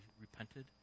repented